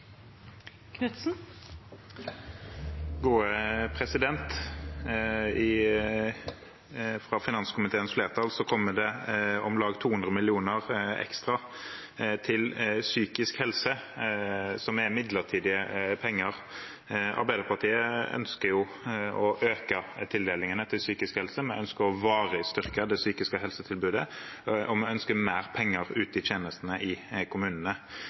Fra finanskomiteens flertall kommer det om lag 200 mill. kr ekstra til psykisk helse, som er midlertidige penger. Arbeiderpartiet ønsker å øke tildelingene til psykisk helse, vi ønsker å varig støtte det psykiske helsetilbudet, og vi ønsker mer penger til tjenestene i kommunene.